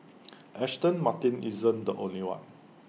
Aston Martin isn't the only one